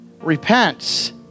repents